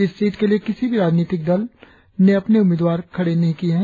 इस सीट के लिए किसी भी राजनीतिक दल अपने उम्मीदवार खड़े नहीं किए है